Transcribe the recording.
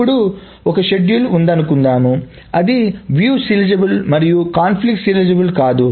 ఇప్పుడు ఒక షెడ్యూల్ ఉందనుకుందాం అది వీక్షణ సీరియలైజబుల్ మరియు కాన్ఫ్లిక్ట్ సీరియలైజబుల్ కాదు